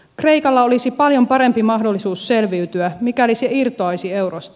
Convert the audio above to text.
kreikalla olisi paljon parempi mahdollisuus selviytyä mikäli se irtoaisi eurosta